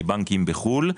מבנקים בחו"ל.